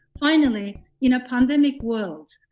finally, in a pandemic world,